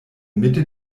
mitte